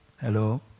Hello